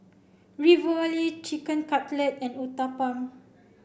Ravioli Chicken Cutlet and Uthapam